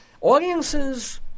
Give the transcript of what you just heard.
Audiences